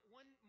one